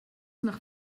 nach